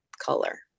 color